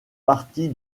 partie